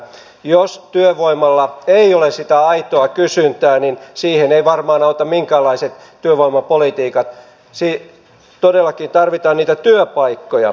jos työvoimalla ei ole sitä aitoa kysyntää niin siihen eivät varmaan auta minkäänlaiset työvoimapolitiikat siihen todellakin tarvitaan niitä työpaikkoja